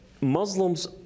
Muslims